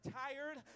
tired